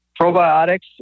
probiotics